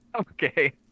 okay